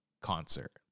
concert